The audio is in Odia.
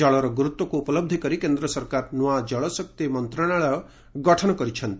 ଜଳର ଗୁରୁତ୍ୱକୁ ଉପଲହି କରି କେନ୍ଦ୍ର ସରକାର ନୂଆ ଜଳଶକ୍ତି ମନ୍ତ୍ରଣାଳୟ ଗଠନ କରିଛନ୍ତି